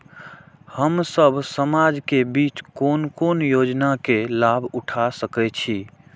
हम सब समाज के बीच कोन कोन योजना के लाभ उठा सके छी?